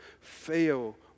fail